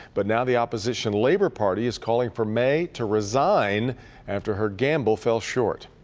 but now the opposition labor party is calling for may to reseen after her gamble fell short.